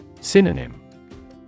Synonym